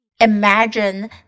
Imagine